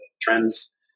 trends